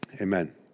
Amen